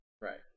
right